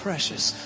precious